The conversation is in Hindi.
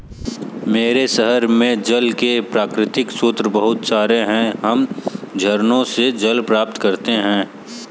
मेरे शहर में जल के प्राकृतिक स्रोत बहुत सारे हैं हम झरनों से जल प्राप्त करते हैं